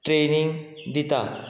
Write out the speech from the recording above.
training दितात